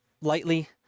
lightly